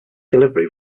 delivery